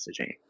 messaging